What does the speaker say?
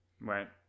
Right